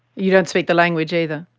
you don't speak the language either?